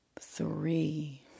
Three